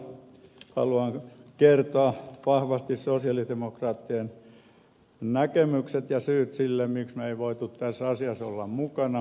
näillä sanoilla haluan kertoa vahvasti sosialidemokraattien näkemykset ja syyt sille miksi me emme voineet tässä asiassa olla mukana